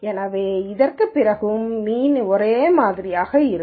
எனவே இதற்குப் பிறகும் மீன் ஒரே மாதிரியாக இருக்கும்